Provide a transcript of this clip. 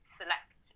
select